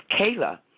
Kayla